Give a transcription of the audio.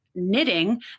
knitting